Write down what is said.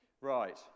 Right